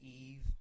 Eve